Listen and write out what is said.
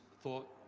thought